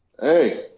Hey